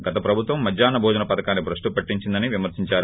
గత ప్రభుత్వం మధ్యాహ్న భోజన పథకాన్ని భ్రష్టు పట్టించిందని విమర్తించారు